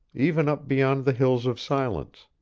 even up beyond the hills of silence.